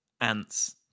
ants